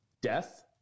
death